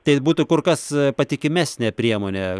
tai būtų kur kas patikimesnė priemonė